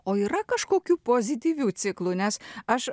o yra kažkokių pozityvių ciklų nes aš